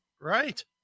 Right